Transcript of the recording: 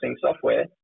software